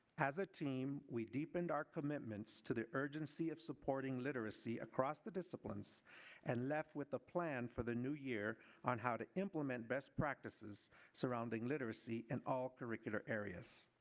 as a team, we deepened our commitments to the urgency of supporting literacy across the disciplines and left with a plan for the new year on how to implement best practices surrounding literacy in all curricula areas.